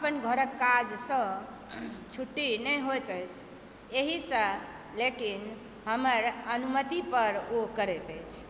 अपन घरक काजसँ छुट्टी नहि होइत अछि एहिसँ लेकिन हमर अनुमति पर ओ करैत अछि